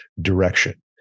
direction